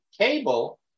cable